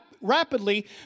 rapidly